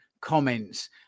comments